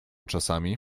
czasami